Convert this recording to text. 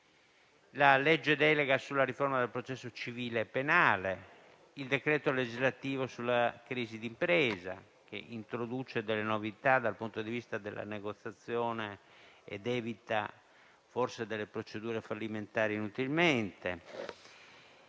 la legge delega sulla riforma del processo civile e penale e il decreto legislativo sulla crisi di impresa, che introduce delle novità dal punto di vista della negoziazione ed evita forse procedure fallimentari inutili.